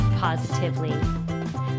positively